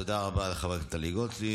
תודה רבה, תודה רבה לחברת הכנסת טלי גוטליב.